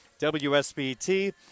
WSBT